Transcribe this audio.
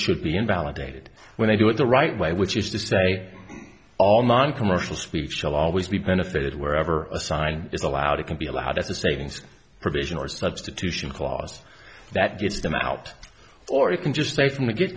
should be invalidated when they do it the right way which is to say all noncommercial speech shall always be benefited wherever a sign is allowed it can be allowed as a savings provision or substitution clause that gets them out or you can just say from the get